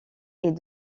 est